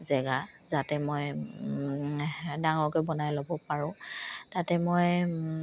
জেগা যাতে মই ডাঙৰকৈ বনাই ল'ব পাৰোঁ তাতে মই